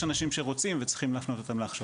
אנשים שרוצים וצריכים להפנות אותם להכשרות.